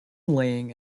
laying